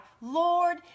Lord